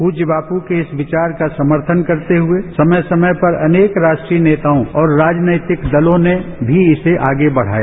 पूज्य बापू के इस विचार का समर्थन करते हुए समय समय पर अनेक राष्ट्रीय नेताओं और राजनैतिक दलों ने भी इसे आगे बढ़ाया